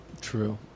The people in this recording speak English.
True